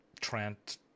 Trent